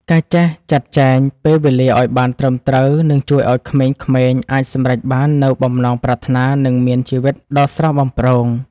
ការចេះចាត់ចែងពេលវេលាឱ្យបានត្រឹមត្រូវនឹងជួយឱ្យក្មេងៗអាចសម្រេចបាននូវបំណងប្រាថ្នានិងមានជីវិតដ៏ស្រស់បំព្រង។